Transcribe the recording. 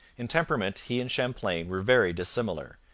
in temperament he and champlain were very dissimilar,